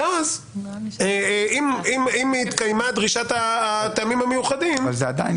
אם התקיימה דרישת הטעמים המיוחדים --- זה עדיין